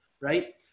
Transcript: right